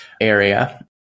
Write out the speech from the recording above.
area